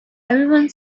everyone